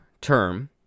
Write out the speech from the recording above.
term